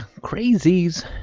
crazies